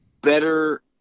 better –